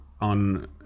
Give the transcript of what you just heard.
on